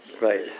Right